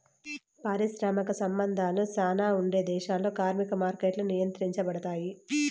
పారిశ్రామిక సంబంధాలు శ్యానా ఉండే దేశాల్లో కార్మిక మార్కెట్లు నియంత్రించబడుతాయి